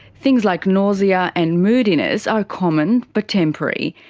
things like nausea and moodiness are common but temporary,